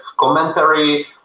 commentary